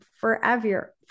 forever